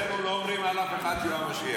אצלנו לא אומרים על אף אחד שהוא המשיח.